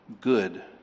good